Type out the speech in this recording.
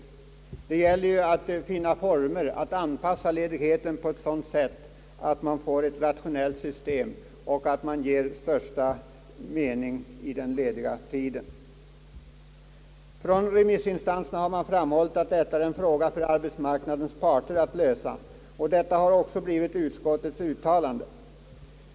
Vad det gäller är att finna sådana former för ledigheten att det skapas ett rationellt system som ger största mening åt den lediga tiden till lägsta kostnader. Remissinstanserna har framhållit att detta är en fråga för arbetsmarknadens parter att lösa, och detta har också blivit utskottets uttalande.